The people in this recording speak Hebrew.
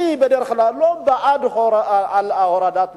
אני בדרך כלל לא בעד הורדת מסים,